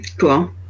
Cool